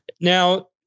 Now